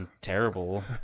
terrible